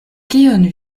kion